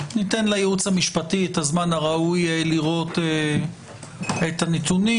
לייעוץ המשפטי את הזמן הראוי לראות את הנתונים,